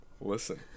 listen